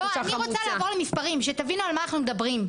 אני רוצה לעבור על מספרים שתבינו על מה אנחנו מדברים,